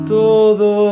todo